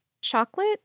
chocolate